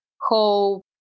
hope